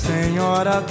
Senhora